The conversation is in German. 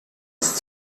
ist